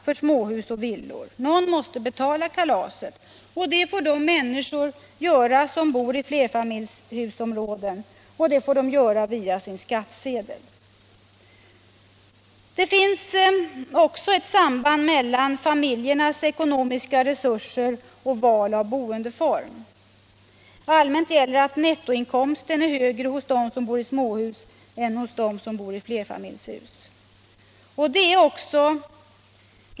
För någon måste betala kalaset, och det får de människor som bor i flerfamiljshusområdet göra via sin skattsedel. Det finns också ett samband mellan familjernas ekonomiska resurser och val av boendeform. Allmänt gäller att nettoinkomsten är högre hos dem som bor i småhus än hos dem som bor i flerfamiljshus.